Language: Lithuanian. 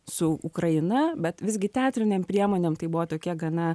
su ukraina bet visgi teatrinėm priemonėm tai buvo tokia gana